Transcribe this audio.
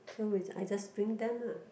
so we I just bring them ah